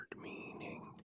meaning